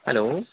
hello